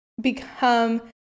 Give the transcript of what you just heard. become